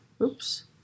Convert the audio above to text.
Oops